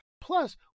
Plus